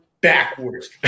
backwards